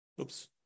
Oops